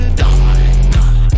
die